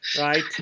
right